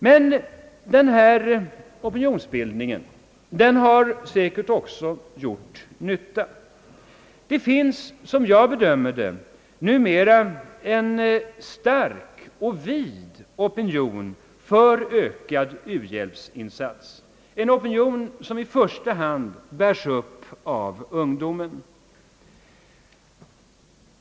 Men denna opinionsbildning har säkert också gjort nytta. Det finns som jag bedömer det numera en stark och bred opinion för ökad u-hjälpsinsats, en opinion som i första hand bärs upp av ungdomen.